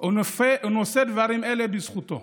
ונושא דברים אלה בזכותו,